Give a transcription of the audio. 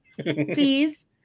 Please